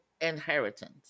inheritance